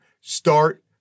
start